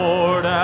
Lord